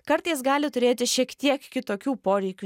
kartais gali turėti šiek tiek kitokių poreikių